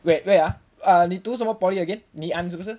wait wait ah 你读什么 poly again ngee ann 是不是